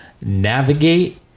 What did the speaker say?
navigate